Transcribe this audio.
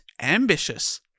ambitious